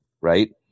Right